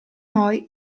noi